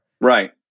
Right